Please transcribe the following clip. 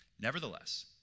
Nevertheless